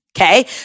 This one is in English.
Okay